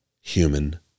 human